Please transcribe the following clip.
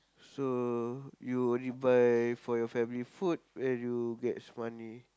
so you only buy for your family food where do you get money